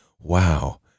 Wow